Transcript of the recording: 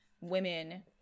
women